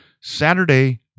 Saturday